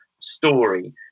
story